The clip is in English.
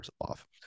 off